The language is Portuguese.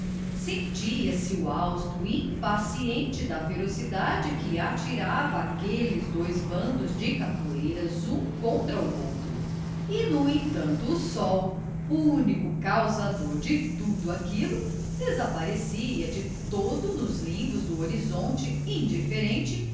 sentia-se o hausto impaciente da ferocidade que atirava aqueles dois bandos de capoeiras um contra o outro e no entanto o sol único causador de tudo aquilo desaparecia de todo nos limbos do horizonte indiferente